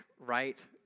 right